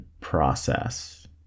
process